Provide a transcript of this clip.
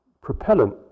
propellant